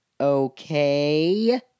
Okay